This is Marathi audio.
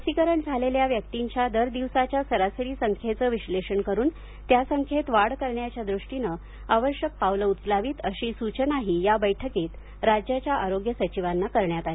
लसीकरण झालेल्या व्यक्तींच्या दर दिवसाच्या सरासरी संख्येचं विश्लेषण करून त्या संख्येत वाढ करण्याच्या द्रष्टीनं आवश्यक पावलं उचलावीत अशी सूचनाही या बैठकीत राज्याच्या आरोग्य सचिवांना करण्यात आली